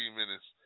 minutes